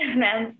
ma'am